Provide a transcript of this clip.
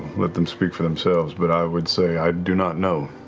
let them speak for themselves, but i would say i do not know.